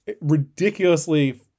ridiculously